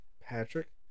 Patrick